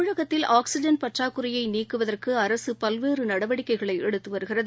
தமிழகத்தில் ஆக்சிஐன் பற்றாக்குறையைநீக்குவதற்குமாநிலஅரசுபல்வேறுநடவடிக்கைகளைஎடுத்துவருகிறது